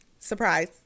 Surprise